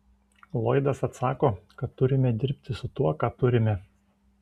lloydas atsako kad turime dirbti su tuo ką turime